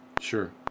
Sure